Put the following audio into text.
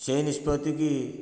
ସେହି ନିଷ୍ପତିକି